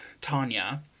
tanya